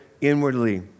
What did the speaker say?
inwardly